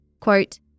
Quote